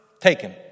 taken